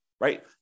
right